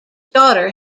daughter